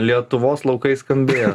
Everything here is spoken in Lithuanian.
lietuvos laukai skambėjo